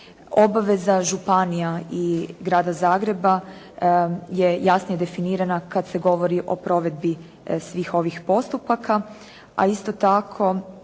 Obveza županija i Grada Zagreba je jasnije definirana kad se govori o provedbi svih ovih postupaka, a isto tako